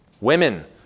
Women